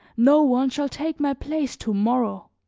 no one shall take my place to-morrow.